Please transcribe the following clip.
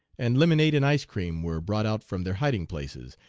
and lemonade and ice-cream were brought out from their hiding-places,